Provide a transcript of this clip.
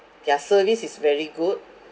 their service is very good